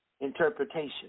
interpretation